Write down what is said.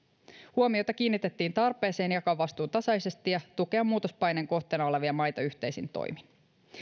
huomiota kiinnitettiin tarpeeseen jakaa vastuu tasaisesti ja tukea muuttopaineen kohteena olevia maita yhteisin toimin